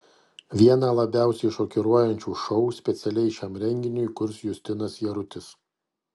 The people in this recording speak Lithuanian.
vieną labiausiai šokiruojančių šou specialiai šiam renginiui kurs justinas jarutis